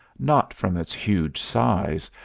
not from its huge size,